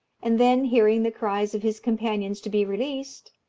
and then hearing the cries of his companions to be released,